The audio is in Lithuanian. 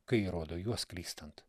kai rodo juos klystant